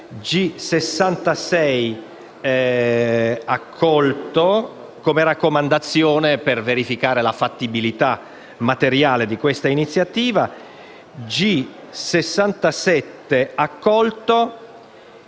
G66 è accolto come raccomandazione, per verificare la fattibilità materiale di questa iniziativa. Sull'ordine